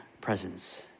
presence